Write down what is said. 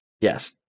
Yes